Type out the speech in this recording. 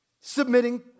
submitting